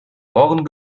ohren